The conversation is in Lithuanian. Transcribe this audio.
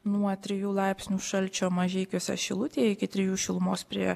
nuo trijų laipsnių šalčio mažeikiuose šilutėje iki trijų šilumos prie